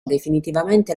definitivamente